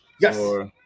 Yes